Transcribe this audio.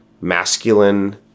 masculine